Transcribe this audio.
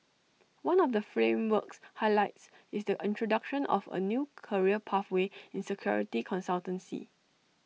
one of the framework's highlights is the introduction of A new career pathway in security consultancy